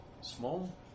Small